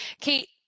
Kate